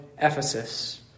Ephesus